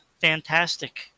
Fantastic